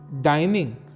dining